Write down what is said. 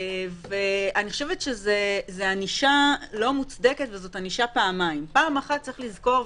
אני חושבת שזו לא ענישה מוצדקת וזו ענישה פעמיים: פעם אחת צריך לזכור,